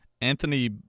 Anthony